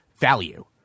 value